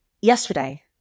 Yesterday